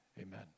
amen